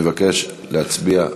אני מבקש להצביע.